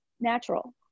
natural